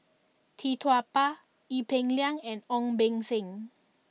Tee Tua Ba Ee Peng Liang and Ong Beng Seng